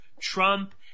Trump